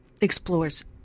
explores